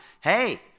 hey